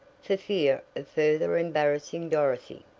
for fear of further embarrassing dorothy.